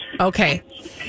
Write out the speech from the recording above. Okay